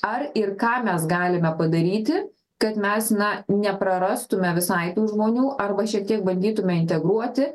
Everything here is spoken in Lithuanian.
ar ir ką mes galime padaryti kad mes na neprarastume visai tų žmonių arba šiek tiek bandytume integruoti